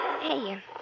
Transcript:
Hey